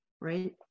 Right